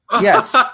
Yes